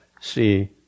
See